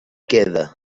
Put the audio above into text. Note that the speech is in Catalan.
quede